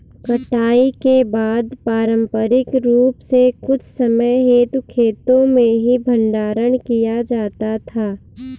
कटाई के बाद पारंपरिक रूप से कुछ समय हेतु खेतो में ही भंडारण किया जाता था